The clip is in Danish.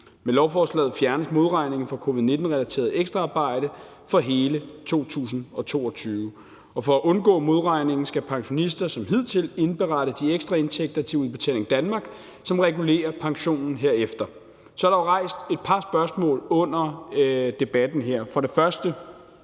Med lovforslaget fjernes modregningen for covid-19-relateret ekstraarbejde for hele 2022. Og for at undgå modregningen skal pensionister som hidtil indberette de ekstra indtægter til Udbetaling Danmark, som regulerer pensionen herefter. Så er der jo rejst et par spørgsmål her under debatten.